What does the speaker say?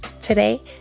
today